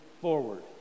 forward